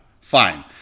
Fine